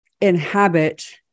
inhabit